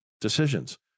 decisions